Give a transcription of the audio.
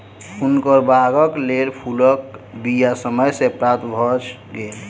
हुनकर बागक लेल फूलक बीया समय सॅ प्राप्त भ गेल